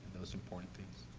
those important things.